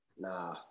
nah